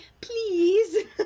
Please